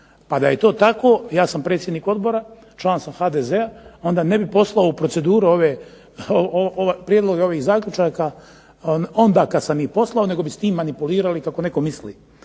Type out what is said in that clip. Pa da je to tako ja sam predsjednik odbora, član sam HDZ-a, onda ne bih poslao u proceduru prijedloge ovih zaključaka onda kad sam ih poslao nego bih s tim manipulirali, kako netko misli.